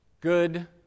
good